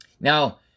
Now